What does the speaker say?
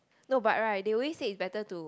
no but right they always say is better to